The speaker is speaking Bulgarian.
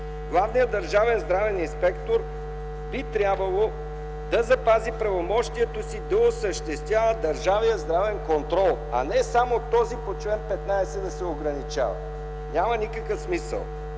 Главният държавен здравен инспектор би трябвало да запази правомощието си да осъществява държавния здравен контрол, а не само да се ограничава по чл. 15. Няма никакъв смисъл.